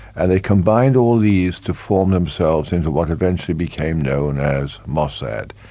and they combined all these to form themselves into what eventually became known as mossad.